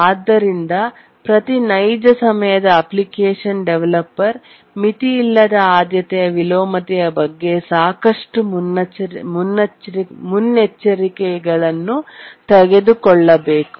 ಆದ್ದರಿಂದ ಪ್ರತಿ ನೈಜ ಸಮಯದ ಅಪ್ಲಿಕೇಶನ್ ಡೆವಲಪರ್ ಮಿತಿಯಿಲ್ಲದ ಆದ್ಯತೆಯ ವಿಲೋಮತೆಯ ಬಗ್ಗೆ ಸಾಕಷ್ಟು ಮುನ್ನೆಚ್ಚರಿಕೆಗಳನ್ನು ತೆಗೆದುಕೊಳ್ಳಬೇಕು